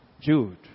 Jude